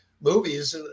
movies